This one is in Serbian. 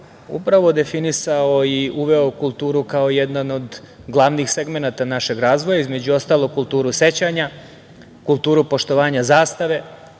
godina definisao i uveo kulturu kao jedan od glavnih segmenata našeg razvoja, između ostalog, kulturu sećanja, kulturu poštovanja zastave,